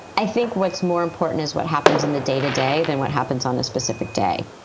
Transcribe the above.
i think what's more important is what happens in the day to day. then what happens on a specific day?